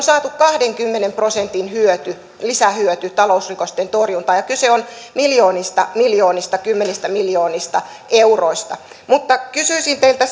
saatu kahdenkymmenen prosentin lisähyöty talousrikosten torjuntaan ja kyse on miljoonista miljoonista kymmenistä miljoonista euroista mutta kysyisin teiltä